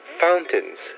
fountains